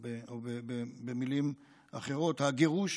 או במילים אחרות "הגירוש",